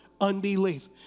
unbelief